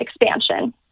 expansion